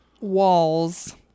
walls